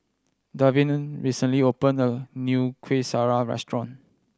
Davin recently opened a new Kuih Syara restaurant